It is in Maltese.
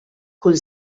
kull